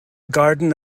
garden